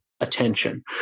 attention